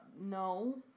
No